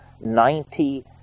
ninety